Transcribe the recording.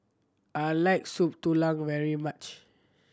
I like Soup Tulang very much